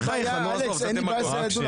בחייך, עזוב, זו דמגוגיה.